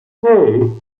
hey